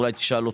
אולי תשאל אותו.